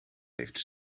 heeft